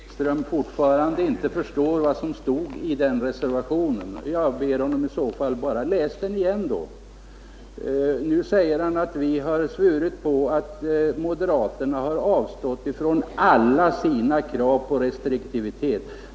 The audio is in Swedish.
Herr talman! Jag hör att herr Ekström fortfarande inte förstår vad som stod i reservationen. Jag ber honom i så fall bara läsa den igen. Nu säger herr Ekström att vi har svurit på att moderaterna avstått från alla sina krav på restriktivitet.